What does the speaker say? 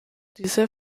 diese